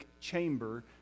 chamber